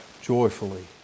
joyfully